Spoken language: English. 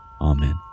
Amen